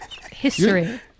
History